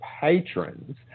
patrons